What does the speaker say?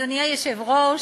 אדוני היושב-ראש,